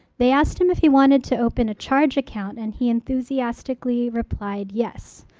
they asked him if he wanted to open a charge account and he enthusiastically replied, yes.